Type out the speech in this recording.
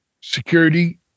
Security